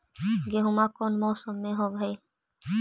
गेहूमा कौन मौसम में होब है?